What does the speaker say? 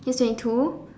he's in too